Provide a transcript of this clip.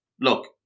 look